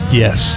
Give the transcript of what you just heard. yes